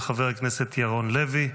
והיא של חבר הכנסת ירון לוי,